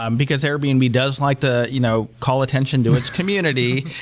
um because airbnb does like the you know call attention to its community,